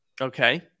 okay